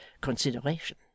consideration